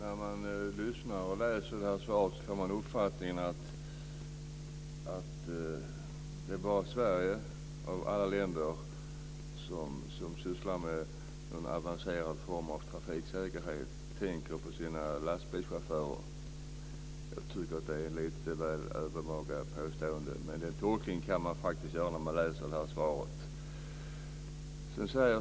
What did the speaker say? Fru talman! När man läser svaret får man uppfattningen att det bara är Sverige som sysslar med en avancerad form av trafiksäkerhet och tänker på sina lastbilschaufförer. Jag tycker att det är ett väl övermaga påstående. Den tolkningen kan man faktiskt göra när man läser svaret.